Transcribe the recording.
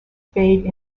fade